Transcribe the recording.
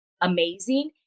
amazing